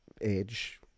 age